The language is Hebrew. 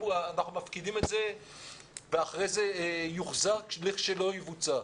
מפקידים בו כסף שאחר כך יוחזר אם לא יבוצע.